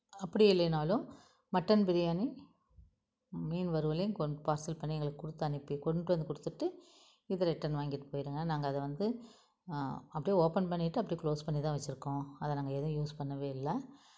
அப்படி இல்லைனாலும் மட்டன் பிரியாணி மீன் வறுவலையும் கொண்டு பார்சல் பண்ணி எங்களுக்கு கொடுத்த அனுப்பி கொண்டு வந்து கொடுத்துட்டு இதை ரிட்டன் வாங்கிட்டு போயிடுங்க நாங்கள் அதை வந்து அப்படியே ஓப்பன் பண்ணிட்டு அப்படியே கிளோஸ் பண்ணி தான் வச்சிருக்கோம் அதை நாங்கள் எதுவும் யூஸ் பண்ணவே இல்லை